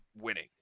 winning